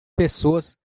pessoas